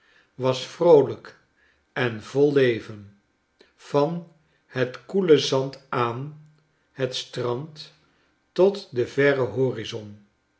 was vroolijk en vol leven van het koele zand aan het strand tot den verren horizon